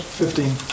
fifteen